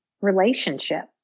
relationship